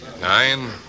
Nine